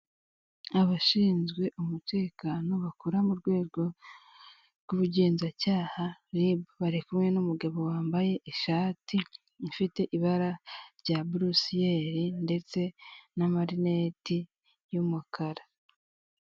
Abashinzwe umutekano bakora murwego rw'ubugenzacyaha RIB bari kumwe n'umugabo wambaye ishati ifite ibara rya burusiyeri ndetse namarineti y'umukara.